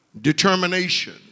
Determination